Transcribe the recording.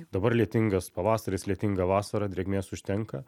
dabar lietingas pavasaris lietinga vasara drėgmės užtenka